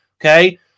Okay